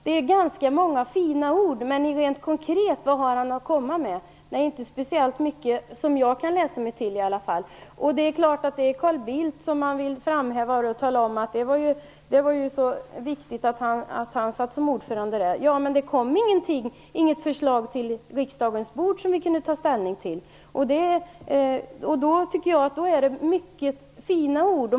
Det är ganska många fina ord, men vad har han att komma med rent konkret? Inte speciellt mycket, efter vad jag kan läsa mig till i alla fall. Självfallet är det Carl Bildt som han vill framhäva, genom att tala om att det var så viktigt att han suttit som ordförande i IT-kommissionen. Men det kom inget förslag till riksdagens bord, som vi kunde ta ställning till. Jag tycker att detta till stor del bara är fina ord.